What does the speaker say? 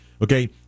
okay